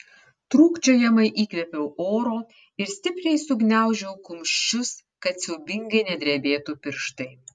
trūkčiojamai įkvėpiau oro ir stipriai sugniaužiau kumščius kad siaubingai nedrebėtų pirštai